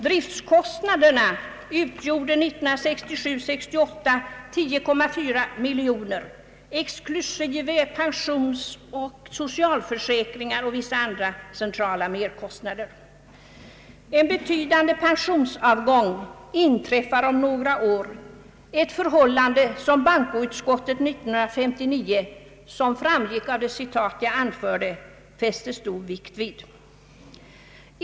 Driftkostnaderna 1967/68 utgjorde 10,4 miljoner kronor, exklusive pensionsoch socialförsäkringar samt vissa andra centrala merkostnader. En betydande pensionsavgång inträffar om några år, ett förhållande som bankoutskottet 1959 fäste stor vikt vid, såsom framgick av det citat jag anförde.